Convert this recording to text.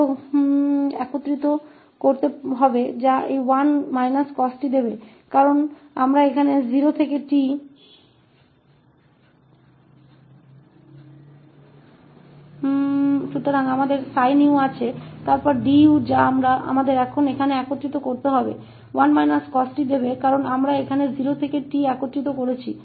तो हमारे पास sin 𝑢 फिर 𝑑𝑢 है जिसे अब हमें यहां एकीकृत करना होगा जो 1 cost देगा क्योंकि हमने यहां 0 से t को एकीकृत किया है